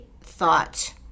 thought